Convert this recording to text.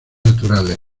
naturales